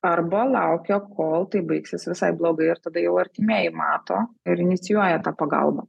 arba laukia kol tai baigsis visai blogai ir tada jau artimieji mato ir inicijuoja tą pagalbą